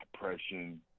depression